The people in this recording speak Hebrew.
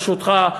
ברשותך,